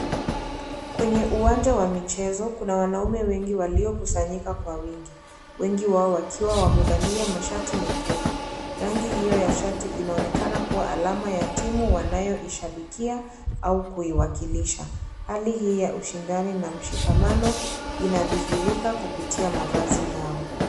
Kwenye uwanja wamichezo kuna wanaume wengi waliokusanyika kwa wingi. Wengi wao wakiwa wamevalia mashati mekundu. Rangi hiyo ya shati inaonekana kuwa alama ya timu wanayoishabikia au kuiwakilisha. Hali hii ya ushindani na mshikamano inadhihirika kupitia mavazi yao.